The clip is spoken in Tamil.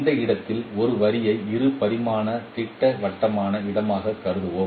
இந்த இடத்தில் ஒரு வரியை இரு பரிமாண திட்டவட்டமான இடமாகக் கருதுவோம்